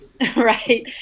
right